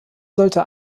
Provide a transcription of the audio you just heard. sollte